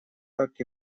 так